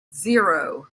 zero